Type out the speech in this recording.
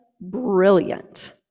brilliant